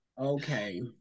Okay